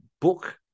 book